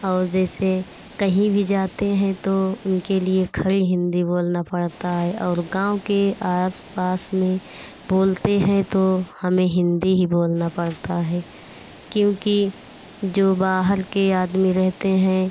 और जैसे कहीं भी जाते हैं तो उनके लिए खड़ी हिन्दी बोलना पड़ता है और गाँव के आस पास में बोलते हैं तो हमें हिन्दी ही बोलना पड़ता है क्योंकि जो बाहर के आदमी रहते हैं